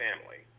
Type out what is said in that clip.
family